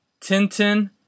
Tintin